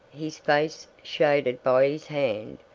his face shaded by his hand,